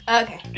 okay